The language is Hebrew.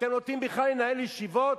אתם יודעים בכלל לנהל ישיבות?